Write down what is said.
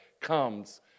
comes